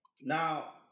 Now